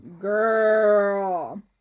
Girl